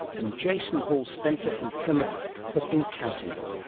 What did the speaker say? and jason hall-spencer from plymouth has been counting them.